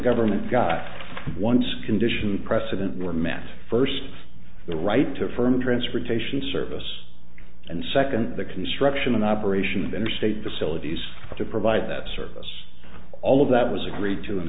government got once condition precedent were met first the right to affirm transportation service and second the construction and operation of interstate facilities to provide that service all of that was agreed to in